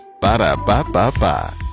Ba-da-ba-ba-ba